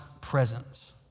presence